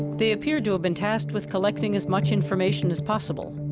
they appear to have been tasked with collecting as much information as possible.